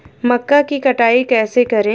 मक्का की कटाई कैसे करें?